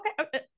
Okay